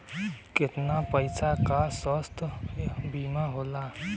कितना पैसे का स्वास्थ्य बीमा होला?